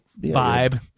vibe